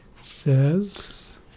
says